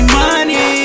money